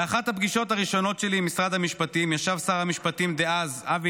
באחת הפגישות הראשונות שלי עם משרד המשפטים ישב שר המשפטים דאז אבי